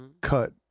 cut